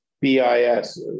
BIS